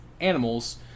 animals